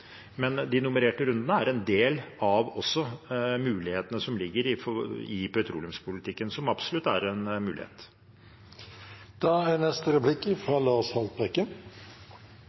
De nummererte rundene er en del av mulighetene som ligger i petroleumspolitikken, og er absolutt en mulighet.